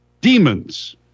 Demons